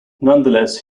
nonetheless